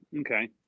Okay